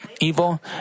evil